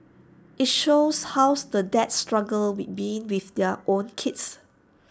IT shows how's the dads struggle with being with their own kids